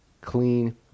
clean